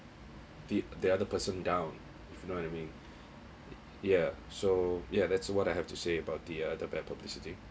the the other person down if you know what I mean ya so ya that's what I have to say about the uh the bad publicity